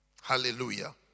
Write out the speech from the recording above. Hallelujah